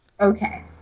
Okay